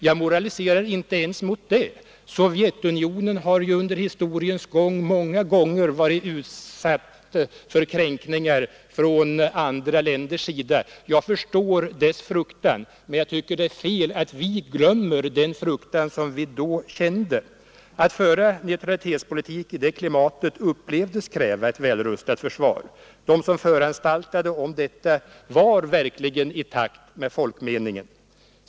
Jag moraliserar inte ens mot det; Sovjetunionen har under historiens gång många gånger varit utsatt för kränkningar från andra länder. Jag förstår dess fruktan, men jag tycker det är fel att den fruktan vi då kände glöms bort. Att föra neutralitetspolitik i det klimatet upplevdes kräva ett välrustat försvar. De som föranstaltade om detta var verkligen i takt med folkmeningen.